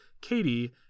Katie